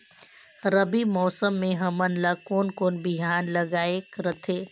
रबी मौसम मे हमन ला कोन कोन बिहान लगायेक रथे?